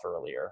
earlier